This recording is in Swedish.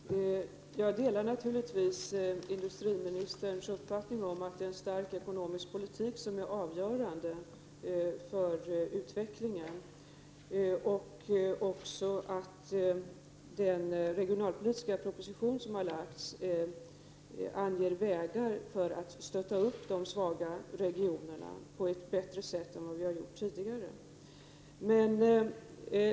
Fru talman! Jag delar naturligtvis industriministerns uppfattning att en stark ekonomisk politik är avgörande för utvecklingen och att den regionalpolitiska proposition som regeringen har lagt fram anger vägar som kan användas för att stötta de svaga regionerna på ett bättre sätt än vad som tidigare har varit fallet.